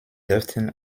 dürften